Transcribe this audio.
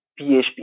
PHP